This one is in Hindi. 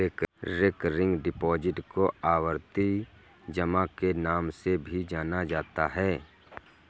रेकरिंग डिपॉजिट को आवर्ती जमा के नाम से भी जाना जाता है